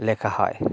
লেখা হয়